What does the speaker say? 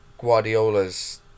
Guardiola's